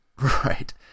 right